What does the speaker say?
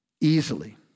easily